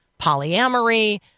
polyamory